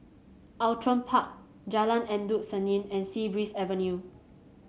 Outram Park Jalan Endut Senin and Sea Breeze Avenue